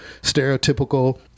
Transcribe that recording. stereotypical